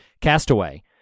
Castaway